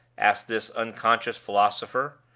asked this unconscious philosopher,